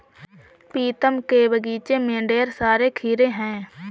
प्रीतम के बगीचे में ढेर सारे खीरे हैं